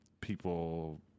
people